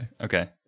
Okay